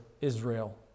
Israel